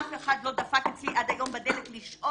אף אחד לא דפק אצלי עד היום בדלת לשאול,